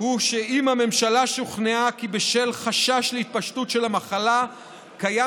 הוא שאם הממשלה שוכנעה כי בשל חשש להתפשטות של המחלה קיים